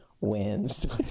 wins